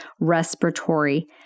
respiratory